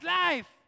life